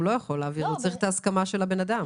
הוא תמיד צריך את ההסכמה של הבן אדם.